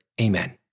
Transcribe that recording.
Amen